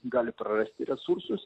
gali prarasti resursus